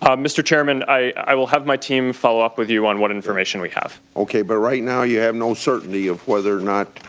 um mr. chairman, i will have my team follow up with you on what information we have. but right now you have no certainty of whether or not,